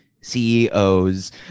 CEOs